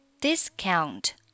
discount